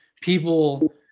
people